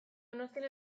donostian